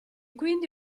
quindi